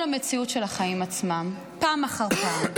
המציאות של החיים עצמם פעם אחר פעם.